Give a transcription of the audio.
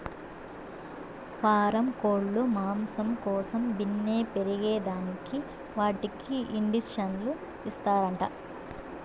పారం కోల్లు మాంసం కోసం బిన్నే పెరగేదానికి వాటికి ఇండీసన్లు ఇస్తారంట